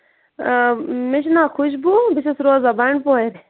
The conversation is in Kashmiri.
مےٚ چھُ ناو خوشبوٗ بہٕ چھَس روزان بَنٛڈپورِ